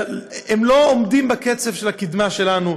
הם לא עומדים בקצב של הקדמה שלנו,